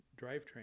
drivetrain